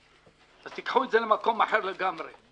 אז תיקחו את זה למקום אחר לגמרי.